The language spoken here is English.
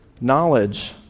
knowledge